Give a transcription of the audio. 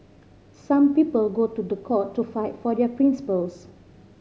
some people go to court to fight for their principles